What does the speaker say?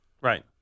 Right